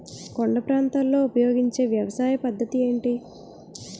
కొండ ప్రాంతాల్లో ఉపయోగించే వ్యవసాయ పద్ధతి ఏంటి?